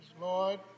Lord